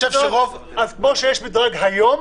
אז כמו שיש מדרג היום,